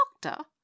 Doctor